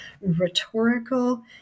rhetorical